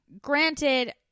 granted